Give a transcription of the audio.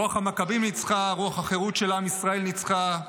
רוח המכבים ניצחה, רוח החירות של עם ישראל ניצחה.